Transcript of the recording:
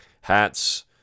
hats